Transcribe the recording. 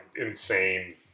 insane